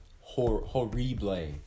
horrible